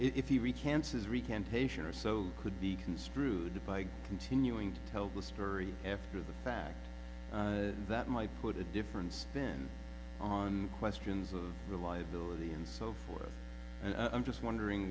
or so could be construed by continuing to tell the story after the fact that might put a different spin on questions of reliability and so forth and i'm just wondering